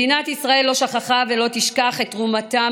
מדינת ישראל לא שכחה ולא תשכח את תרומתם